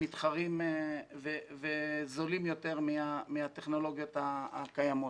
מתחרים וזולים יותר מהטכנולוגיות הקיימות.